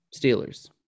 Steelers